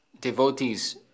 devotees